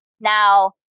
Now